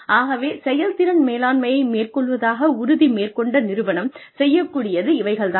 ஆகவே செயல்திறன் மேலாண்மையை மேற்கொள்வதாக உறுதி மேற்கொண்ட நிறுவனம் செய்யக்கூடியது இவைகள் தான்